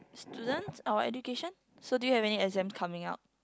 students our education so do you have any exam coming up